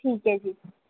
ਠੀਕ ਹੈ ਜੀ